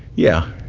yeah.